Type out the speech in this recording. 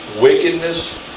Wickedness